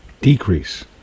Decrease